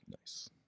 Nice